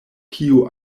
kio